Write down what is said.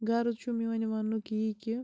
غرض چھُ میٛانہِ وَننُک یی کہِ